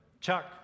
chuck